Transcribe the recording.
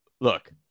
look